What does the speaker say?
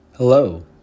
Hello